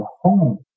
home